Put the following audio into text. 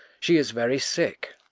she is very sick.